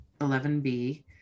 11B